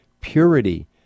purity